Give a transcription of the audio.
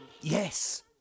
yes